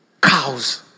cows